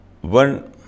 one